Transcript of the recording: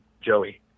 Joey